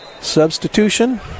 substitution